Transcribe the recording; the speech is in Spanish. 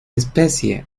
especie